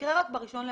יקרה רק ב-1 באפריל.